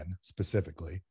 specifically